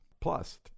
plus